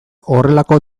horrelako